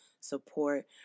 support